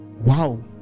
Wow